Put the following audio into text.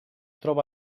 troba